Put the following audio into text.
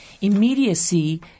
immediacy